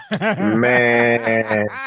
Man